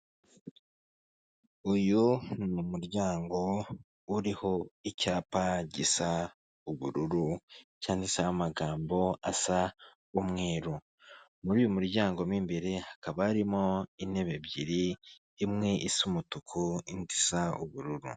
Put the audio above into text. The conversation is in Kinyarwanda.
Uyu ni umuryango uriho icyapa gisa ubururu cyanditseho amagambo asa umweru, muri uyu muryango mo imbere hakaba harimo intebe ebyiri imwe isa umutuku indi isa ubururu.